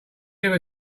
ever